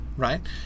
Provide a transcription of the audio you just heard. Right